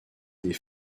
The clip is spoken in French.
des